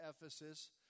Ephesus